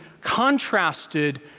contrasted